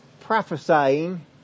prophesying